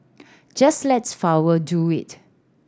just let flower do it